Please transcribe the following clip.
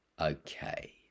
Okay